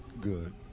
good